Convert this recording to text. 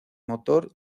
motor